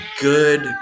good